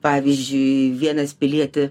pavyzdžiui vienas pilietį